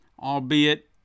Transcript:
albeit